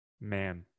man